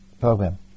program